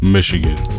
Michigan